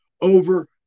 over